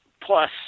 Plus